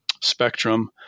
spectrum –